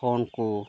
phone ᱠᱚ